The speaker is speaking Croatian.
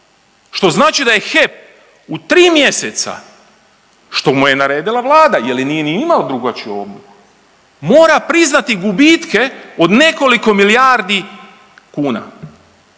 što znači da je HEP u 3 mjeseca, što mu je naredila vlada jel nije ni imao drugačiju …/Govornik se ne razumije/…mora priznati gubitke od nekoliko milijardi kuna,